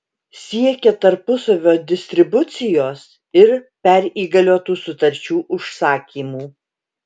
siekia tarpusavio distribucijos ir perįgaliotų sutarčių užsakymų